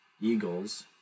Eagles